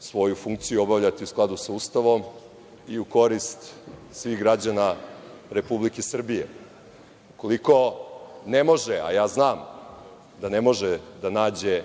svoju funkciju obavljati u skladu sa Ustavom i u korist svih građana Republike Srbije. Ukoliko ne može, a ja znam da ne može da nađe